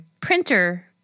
printer